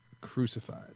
crucified